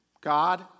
God